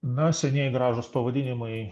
na senieji gražūs pavadinimai